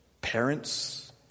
Parents